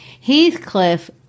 Heathcliff